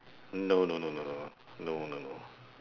no no no no no no no